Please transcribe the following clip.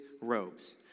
robes